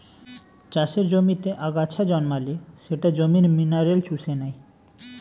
চাষের জমিতে আগাছা জন্মালে সেটা জমির মিনারেল চুষে নেয়